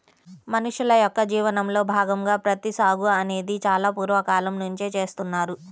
మనుషుల యొక్క జీవనంలో భాగంగా ప్రత్తి సాగు అనేది చాలా పూర్వ కాలం నుంచే చేస్తున్నారు